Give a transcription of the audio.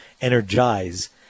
energize